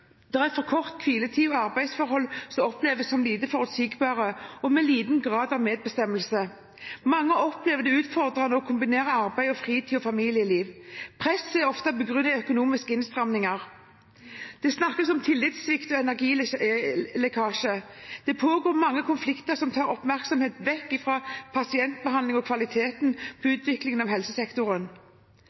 er for kort hviletid, og det er arbeidsforhold som oppleves som lite forutsigbare – og med liten grad av medbestemmelse. Mange opplever det utfordrende å kombinere arbeidet med fritid og familieliv. Presset er ofte begrunnet i økonomiske innstramminger. Det snakkes om tillitssvikt og energilekkasje. Det pågår mange konflikter som tar oppmerksomhet vekk fra pasientbehandling og fra kvalitet i utviklingen av helsesektoren.